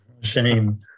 Shame